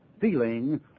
feeling